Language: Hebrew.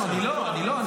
לא, אני לא.